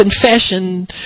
confession